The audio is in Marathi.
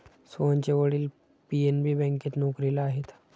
सोहनचे वडील पी.एन.बी बँकेत नोकरीला आहेत